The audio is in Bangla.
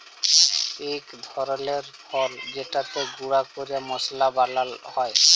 ইক ধরলের ফল যেটকে গুঁড়া ক্যরে মশলা বালাল হ্যয়